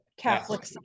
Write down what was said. catholic